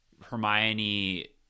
Hermione